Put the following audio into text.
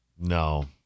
no